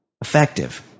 effective